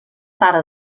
pare